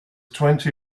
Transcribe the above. twenty